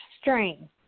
strain